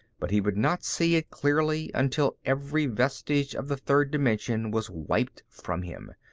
but he would not see it clearly until every vestige of the third dimension was wiped from him.